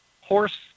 horse